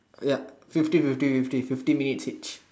ya fifty fifty fifty fifty minutes each